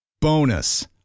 Bonus